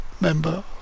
member